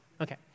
Okay